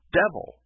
devil